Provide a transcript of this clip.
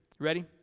Ready